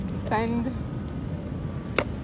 send